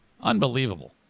Unbelievable